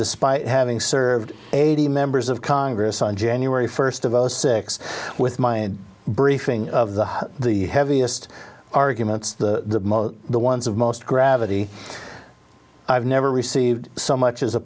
despite having served eighty members of congress on january first of all six with my briefing of the the heaviest arguments the most the ones of most gravity i've never received so much as a